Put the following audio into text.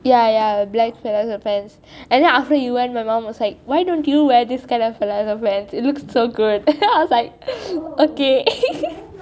ya ya black palazzo pants and then after you went my mom was like why don't you wear this kind of palazzo pants it looks so good I was like okay